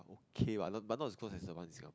K what but not as close as the one in Sina~